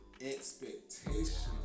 expectations